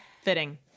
Fitting